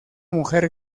mujer